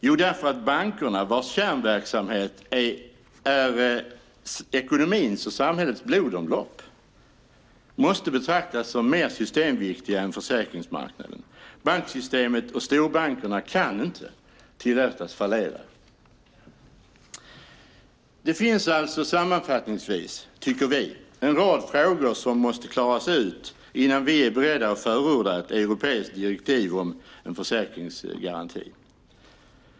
Jo, därför att bankerna, vars kärnverksamhet är ekonomins och samhällets blodomlopp, måste betraktas som mer systemviktiga än försäkringsmarknaden. Banksystemet och storbankerna kan inte tillåtas fallera. Det finns alltså, sammanfattningsvis, en rad frågor som vi anser måste klaras ut innan vi är beredda att förorda ett europeiskt direktiv om en försäkringsgaranti.